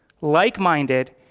like-minded